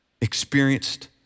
experienced